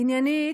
עניינית,